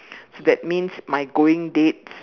so that means my going date